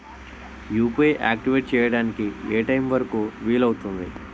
UPI activate చెయ్యడానికి ఏ time వరుకు వీలు అవుతుంది?